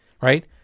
right